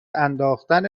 انداختن